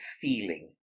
feeling